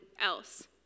else